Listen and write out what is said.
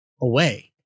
away